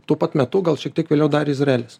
tuo pat metu gal šiek tiek vėliau dar izraelis